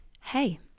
Hey